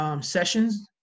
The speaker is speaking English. sessions